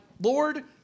Lord